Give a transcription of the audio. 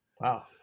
Wow